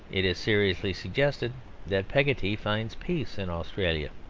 it is seriously suggested that peggotty finds peace in australia.